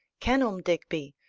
kenelm digby,